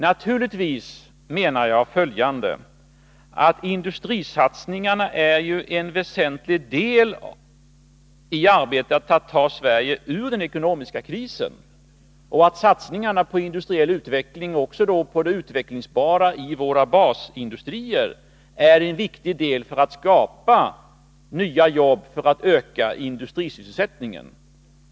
Naturligtvis menar jag, att industrisatsningar är en väsentlig del av arbetet att ta Sverige ur den ekonomiska krisen och att satsningar på industriell utveckling — också på det utvecklingsbara i våra basindustrier — är en viktig del för att skapa nya jobb och för att öka industrisysselsättningen.